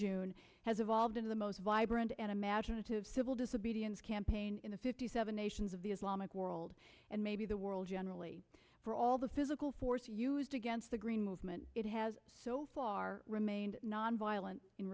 june has evolved in the most vibrant and imaginative civil disobedience campaign in the fifty seven nations of the islamic world and maybe the world generally for all the physical force used against the green movement it has so far remained nonviolent in